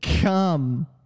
come